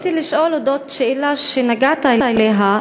רציתי לשאול שאלה שנגעת בה,